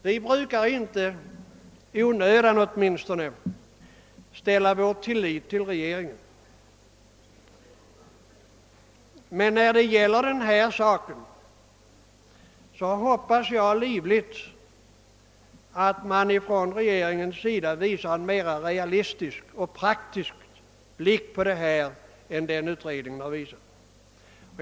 Vi brukar åtminstone inte i onödan sätta vår tillit till regeringen, men beträffande denna sak hoppas jag livligt att regeringen visar en mera realistisk och praktisk uppfattning än den utredningen ådagalagt.